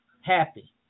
happy